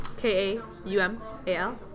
K-A-U-M-A-L